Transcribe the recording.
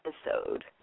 episode